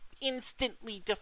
instantly